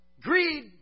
greed